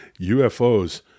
UFOs